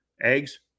Eggs